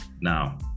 Now